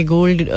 Gold